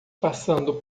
passando